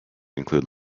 include